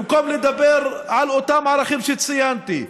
במקום לדבר על אותם ערכים שציינתי,